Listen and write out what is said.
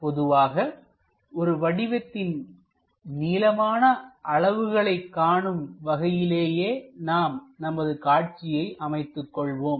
பொதுவாக ஒரு வடிவத்தின் நீளமான அளவுகளை காணும் வகையிலேயே நாம் நமது காட்சியை அமைத்துக் கொள்வோம்